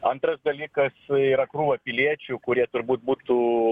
antras dalykas yra krūva piliečių kurie turbūt būtų